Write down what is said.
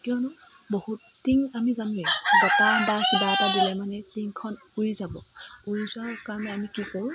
কিয়নো বহুত টিন আমি জানোৱেই বতাহ বা কিবা এটা দিলে মানে টিনখন উৰি যাব উৰি যোৱাৰ কাৰণে আমি কি কৰোঁ